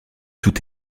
tout